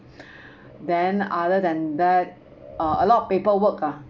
then other than that uh lot of paperwork ah